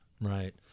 Right